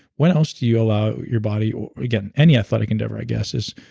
when else do you allow your body. again, any athletic endeavor i guess is.